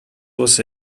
was